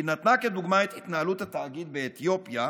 היא נתנה כדוגמה את התנהלות התאגיד באתיופיה,